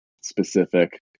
specific